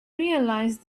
realize